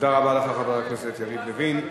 תודה רבה לך, חבר הכנסת יריב לוין.